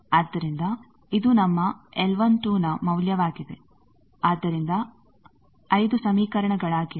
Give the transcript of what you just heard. ಆದ್ದರಿಂದ ಇದು ನಮ್ಮ L12 ನ ಮೌಲ್ಯವಾಗಿದೆ ಆದ್ದರಿಂದ 5 ಸಮೀಕರಣಗಳಾಗಿವೆ